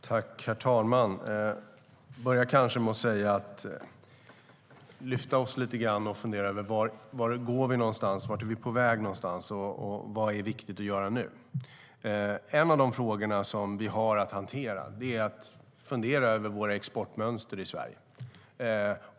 Herr talman! Låt oss lyfta diskussionen och fundera över vart vi är på väg. Vad är viktigt att göra nu? En av de frågor vi har att hantera är att fundera över våra exportmönster i Sverige.